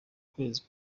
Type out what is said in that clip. kwezi